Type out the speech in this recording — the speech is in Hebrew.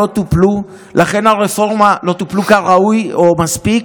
שלא טופלו כראוי או מספיק.